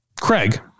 Craig